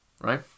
right